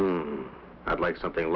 to i'd like something